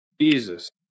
jesus